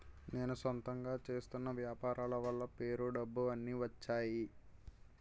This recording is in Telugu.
నేను సొంతంగా చేస్తున్న వ్యాపారాల వల్ల పేరు డబ్బు అన్ని వచ్చేయి